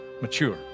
mature